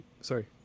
Sorry